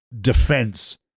defense